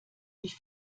ich